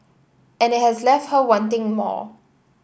and it has left her wanting more